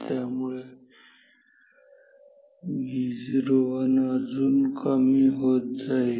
त्यामुळे Vo1 अजून कमी होत जाईल